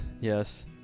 Yes